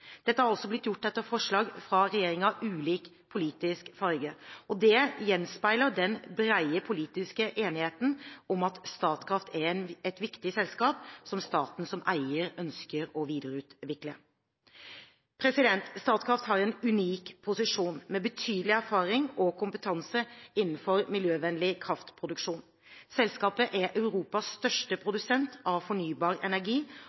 Dette har altså blitt gjort etter forslag fra regjeringer av ulik politisk farge, og det gjenspeiler den brede politiske enigheten om at Statkraft er et viktig selskap, som staten som eier ønsker å videreutvikle. Statkraft har en unik posisjon, med betydelig erfaring og kompetanse innenfor miljøvennlig kraftproduksjon. Selskapet er Europas største produsent av fornybar energi